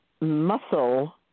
muscle